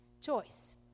choice